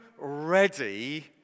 Ready